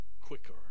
quicker